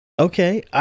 Okay